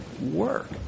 work